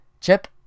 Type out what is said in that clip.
Chip